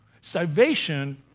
Salvation